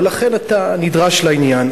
ולכן אתה נדרש לעניין.